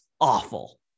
awful